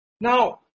Now